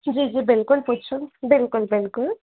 जी जी बिल्कुलु बिल्कुलु बिल्कुलु बिल्कुलु